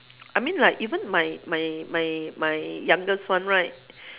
I mean like even my my my my youngest one right